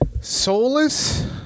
Soulless